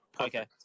Okay